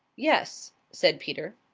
yes, said peter.